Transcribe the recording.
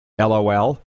LOL